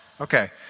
Okay